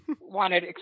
wanted